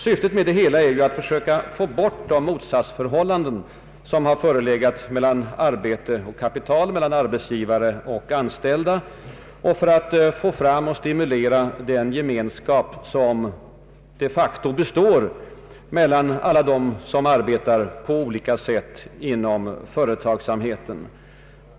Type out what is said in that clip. Syftet är att försöka få bort det motsatsförhållande som förelegat mellan arbete och kapital, mellan arbetsgivare och anställda, och för att få fram och stimulera den gemenskap som de facto består mellan alla dem som arbetar på olika sätt inom företagsamheten.